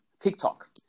tiktok